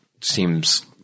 seems